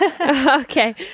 Okay